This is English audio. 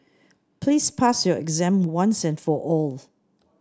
please pass your exam once and for all